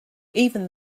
even